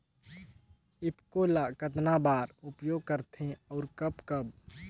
ईफको ल कतना बर उपयोग करथे और कब कब?